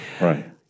Right